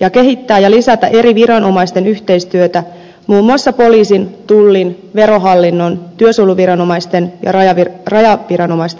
ja kehittää ja lisätä eri viranomaisten yhteistyötä muun muassa poliisin tullin verohallinnon työsuojeluviranomaisten ja rajaviranomaisten kesken